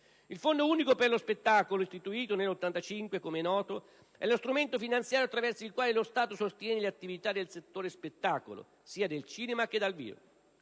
Il Fondo unico per lo spettacolo (FUS), istituito, com'è noto, nel 1985, è lo strumento finanziario attraverso il quale lo Stato sostiene le attività del settore spettacolo, sia del cinema sia dal vivo.